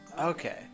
Okay